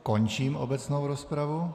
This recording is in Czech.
Končím obecnou rozpravu.